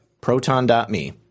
Proton.me